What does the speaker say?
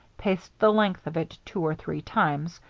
paced the length of it two or three times,